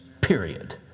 period